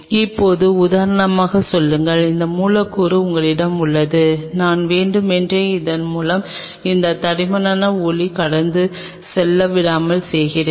இப்போது உதாரணமாகச் சொல்லுங்கள் இந்த மூலக்கூறு உங்களிடம் உள்ளது நான் வேண்டுமென்றே இதன் மூலம் அந்த தடிமனான ஒளி கடந்து செல்லவிடாமல் செய்கிறேன்